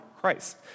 Christ